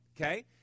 Okay